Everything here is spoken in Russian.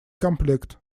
комплект